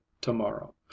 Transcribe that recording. tomorrow